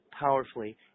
powerfully